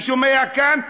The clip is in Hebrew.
אני שומע כאן: